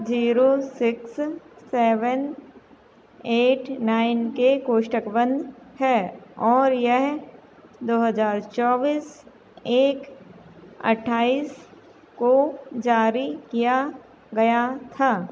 zero six seven eight nine के कोष्ठक बंद है और यह दो हज़ार चौबीस एक अट्ठाइस को जारी किया गया था